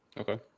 Okay